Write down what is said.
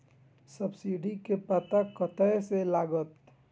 Subsidy के पता कतय से लागत?